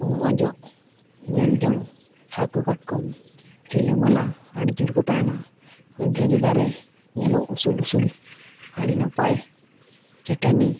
ᱩᱢᱼᱚᱡᱚᱜ ᱧᱮᱞ ᱡᱚᱝ ᱦᱟᱹᱠᱩ ᱠᱟᱴᱠᱚᱢ ᱨᱤᱞᱟᱹᱢᱟᱞᱟ ᱟᱹᱰᱤ ᱡᱳᱨ ᱠᱚ ᱛᱟᱦᱮᱱᱟ ᱫᱷᱤᱨᱤ ᱫᱟᱨᱮ ᱧᱮᱞᱚᱜ ᱩᱥᱩᱞᱼᱩᱥᱩᱞ ᱟᱹᱰᱤ ᱱᱟᱯᱟᱭ ᱪᱟᱹᱴᱟᱹᱱᱤ